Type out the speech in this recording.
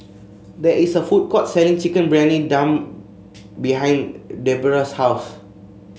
there is a food court selling Chicken Briyani Dum behind Debera's house